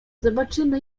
zobaczymy